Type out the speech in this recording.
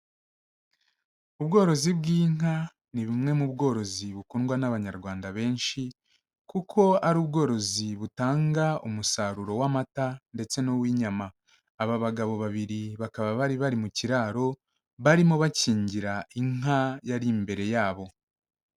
Ubworozi bw'inka, ni bumwe mu bworozi bukundwa n'abanyarwanda benshi, kuko ari ubworozi butanga umusaruro w'amata ndetse n'uw'inyama, aba bagabo babiri bakaba bari bari mu kiraro, barimo bakingira inka yari imbere yabo.